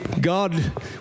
God